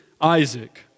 Isaac